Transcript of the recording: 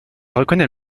reconnait